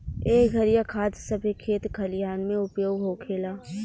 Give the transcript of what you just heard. एह घरिया खाद सभे खेत खलिहान मे उपयोग होखेला